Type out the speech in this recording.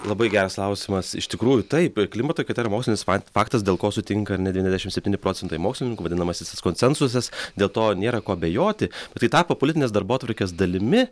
labai geras klausimas iš tikrųjų taip klimato kaita yra mokslinis fa faktas dėl ko sutinka ar ne devyniasdešim septyni procentai mokslininkų vadinamasis tas konsensusas dėl to nėra ko abejoti tai tapo politinės darbotvarkės dalimi